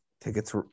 tickets